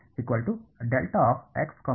ವಿದ್ಯಾರ್ಥಿ